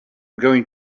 going